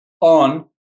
on